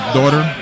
daughter